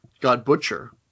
God-Butcher